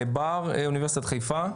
בר, אוניברסיטת חיפה.